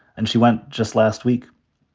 and she went just last week.